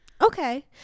Okay